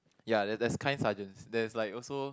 ya there's there's kind sergeants there's like also